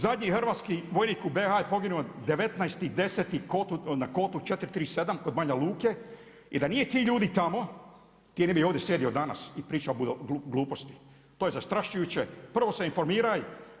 Zadnji hrvatski vojnik u BiH-u je poginuo 19.10. na kotu 437 kod Banja Luke i da nije tih ljudi tamo, ti ne bi ovdje sjedio danas i pričao gluposti, to je zastrašujuće, prvo se informiraj.